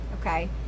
okay